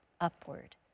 upward